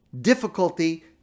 difficulty